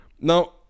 now